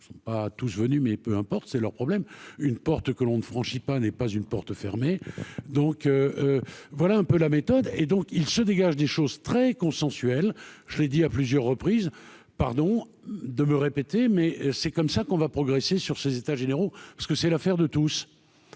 vous venir à tous venus, mais peu importe, c'est leur problème, une porte que l'on ne franchit pas n'est pas une porte fermée, donc voilà un peu la méthode et donc il se dégage des choses très consensuel, je l'ai dit à plusieurs reprises, pardon de me répéter, mais c'est comme ça qu'on va progresser sur ces états généraux, parce que c'est l'affaire de tous